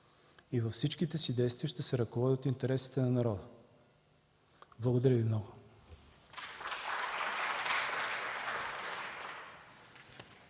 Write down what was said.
– във всичките си действия ще се ръководя от интересите на народа! Благодаря.